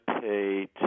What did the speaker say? pay